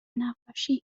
نقاشی